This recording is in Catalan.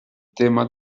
tema